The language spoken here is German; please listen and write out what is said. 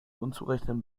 unzureichenden